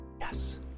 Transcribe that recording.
yes